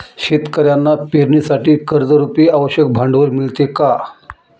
शेतकऱ्यांना पेरणीसाठी कर्जरुपी आवश्यक भांडवल मिळते का?